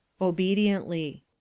Obediently